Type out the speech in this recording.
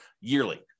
yearly